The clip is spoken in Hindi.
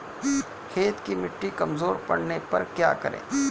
खेत की मिटी कमजोर पड़ने पर क्या करें?